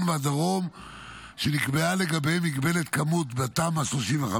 והדרום שנקבעה לגביהם מגבלת כמות בתמ"א 35,